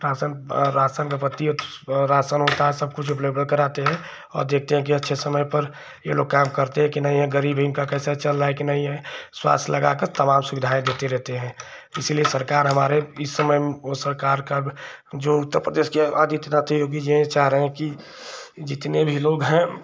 ration ration होता है सबकुछ उपलब्ध कराते हैं और देखते हैं कि अच्छे समय पर यह लोग काम करते हैं कि नहीं यह गरीब हैं इनका कैसा चल रहा है कि नहीं है स्वास्थ्य लगाकर तमाम सुविधाएँ देते रहते हैं इसीलिए सरकार हमारे इस समय वह सरकार का जो उत्तर प्रदेश के आदित्यनाथ योगी जी हैं यह चाह रहे हैं कि जितने भी लोग हैं